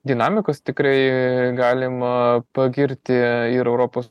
dinamikos tikrai galima pagirti ir europos